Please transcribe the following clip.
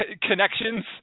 connections